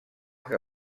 que